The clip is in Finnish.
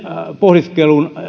pohdiskelun